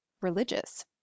religious